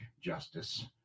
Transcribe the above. justice